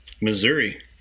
missouri